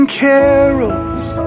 carols